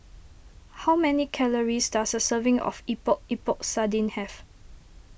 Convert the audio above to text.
how many calories does a serving of Epok Epok Sardin have